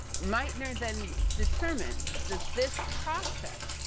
meitner then determined that this process,